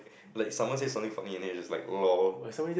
like someone say something funny and then you just like lol